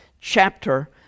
chapter